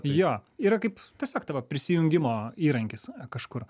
jo yra kaip tiesiog tavo prisijungimo įrankis kažkur